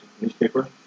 newspaper